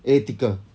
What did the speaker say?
eh thicker